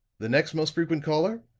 the next most frequent caller,